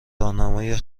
راهنمای